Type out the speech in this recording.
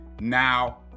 Now